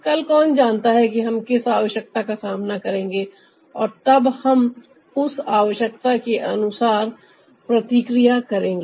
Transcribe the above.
कल कौन जानता है कि हम किस आवश्यकता का सामना करेंगे और तब हम उस आवश्यकता के अनुसार प्रतिक्रिया करेंगे